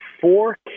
four